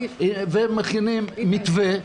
ומכינים מתווה,